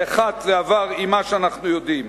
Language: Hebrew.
באחת זה עבר עם מה שאנחנו יודעים.